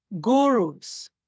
gurus